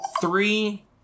three